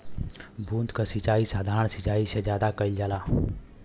बूंद क सिचाई साधारण सिचाई से ज्यादा कईल जाला